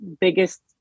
biggest